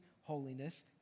holiness